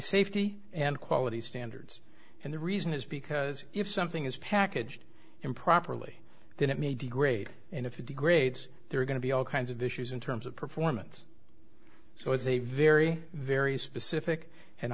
safety and quality standards and the reason is because if something is packaged improperly then it may degrade and if it degrades there are going to be all kinds of issues in terms of performance so it's a very very specific and